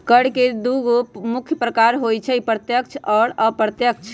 कर के दुगो मुख्य प्रकार होइ छै अप्रत्यक्ष कर आ अप्रत्यक्ष कर